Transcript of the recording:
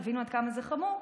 תבינו עד כמה זה חמור,